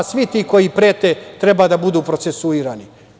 Svi ti koji prete treba da budu procesuirani.